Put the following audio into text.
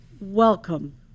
welcome